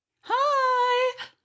Hi